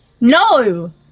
No